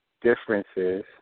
differences